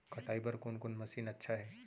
कटाई बर कोन कोन मशीन अच्छा हे?